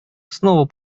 снова